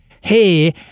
hey